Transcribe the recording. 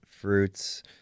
fruits